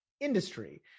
industry